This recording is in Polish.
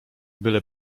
byle